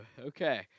Okay